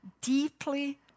deeply